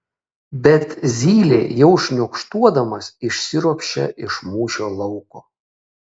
bet zylė jau šniokštuodamas išsiropščia iš mūšio lauko